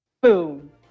Boom